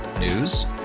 News